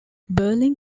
berlin